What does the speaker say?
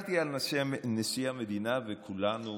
הסתכלתי על נשיא המדינה וכולנו,